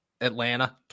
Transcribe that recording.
atlanta